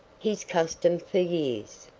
his custom for years.